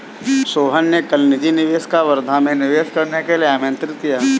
सोहन ने कल निजी निवेशक को वर्धा में निवेश करने के लिए आमंत्रित किया